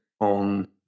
on